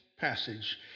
passage